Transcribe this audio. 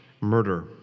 murder